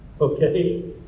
Okay